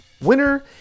winner